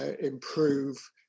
improve